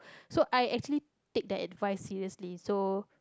so I actually take the advice seriously so